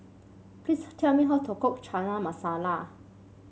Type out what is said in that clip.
please tell me how to cook Chana Masala